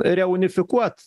re unifikuot